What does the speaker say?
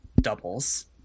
doubles